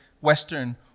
Western